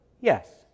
Yes